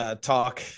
talk